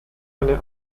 eine